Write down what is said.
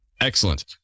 Excellent